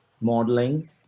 modeling